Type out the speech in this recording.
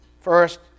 First